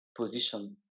position